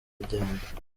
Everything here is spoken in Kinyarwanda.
itajyanye